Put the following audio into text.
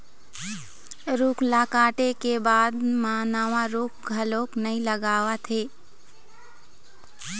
रूख ल काटे के बाद म नवा रूख घलोक नइ लगावत हे